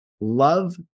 Love